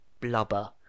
blubber